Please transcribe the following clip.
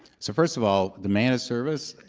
so first of all, the managed service,